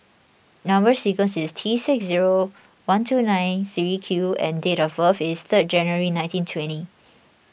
Number Sequence is T six zero one two nine three Q and date of birth is third January nineteen twenty